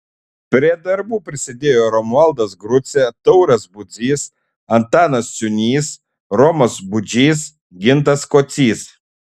prie darbų prisidėjo romualdas grucė tauras budzys antanas ciūnys romas budžys gintas kocys